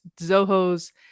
zoho's